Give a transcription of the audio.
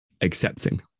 accepting